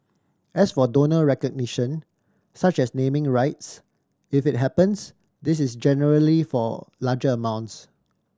as for donor recognition such as naming rights if it happens this is generally for larger amounts